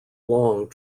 long